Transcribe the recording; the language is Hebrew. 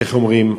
איך אומרים?